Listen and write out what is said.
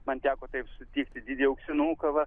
man teko taip sutikti didįjį auksinuką va